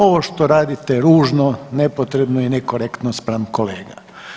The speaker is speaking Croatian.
Ovo što radite je ružno, nepotrebno i nekorektno spram kolega.